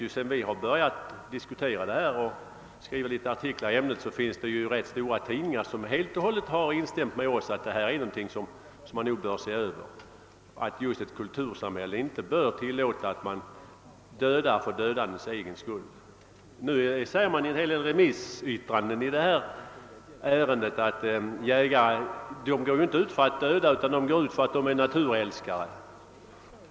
Och sedan vi började diskutera denna fråga och skriva en del i ämnet har rätt många stora tidningar instämt med oss i att dessa förhållanden är någonting som bör ses över och att ett kultursamhälle inte bör tillåta att man dödar för dödandets egen skull. I flera av remissytirandena i ärendet sägs att jägarna inte går ut i markerna för att döda utan de går ut därför att de är naturälskare.